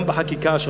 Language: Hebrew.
גם בחקיקה,